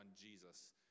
Jesus